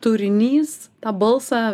turinys tą balsą